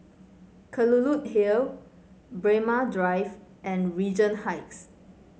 Kelulut Hill Braemar Drive and Regent Heights